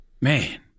Man